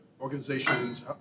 organizations